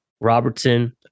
Robertson